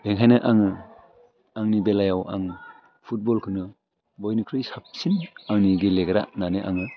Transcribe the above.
बेनिखायनो आङो आंनि बेलायाव आं फुटबलखौनो बयनिख्रुइ साबसिन आंनि गेलेग्रा होननानै आङो